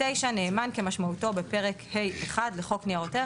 נאמן כמשמעותו בפרק ה'1 לחוק ניירות ערך,